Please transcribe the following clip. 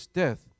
death